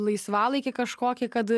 laisvalaikį kažkokį kad